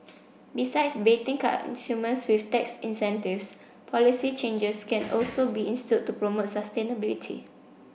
besides baiting consumers with tax incentives policy changes can also be instilled to promote sustainability